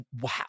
Wow